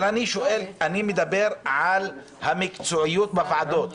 אבל אני שואל, אני מדבר על המקצועיות בוועדות.